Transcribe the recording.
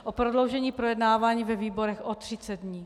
O prodloužení projednávání ve výborech o 30 dní.